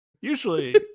usually